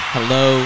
Hello